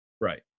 Right